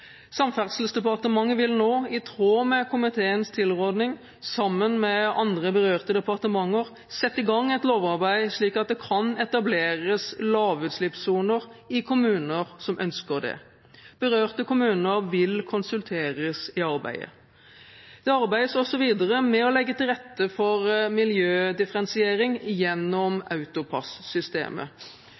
Samferdselsdepartementet vil nå, i tråd med komiteens tilrådning, sammen med andre berørte departementer sette i gang et lovarbeid slik at det kan etableres lavutslippssoner i kommuner som ønsker det. Berørte kommuner vil konsulteres i arbeidet. Det arbeides også videre med å legge til rette for miljødifferensiering gjennom